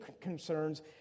concerns